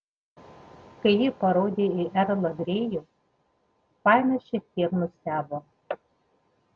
kai ji parodė į erlą grėjų fainas šiek tiek nustebo